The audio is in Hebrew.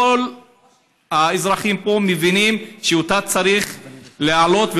כל האזרחים פה מבינים שצריך להעלות אותה,